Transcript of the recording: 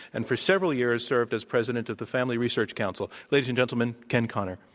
and for several years served as president of the family research council. ladies and gentlemen, ken connor.